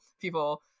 people